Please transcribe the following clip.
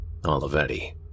Olivetti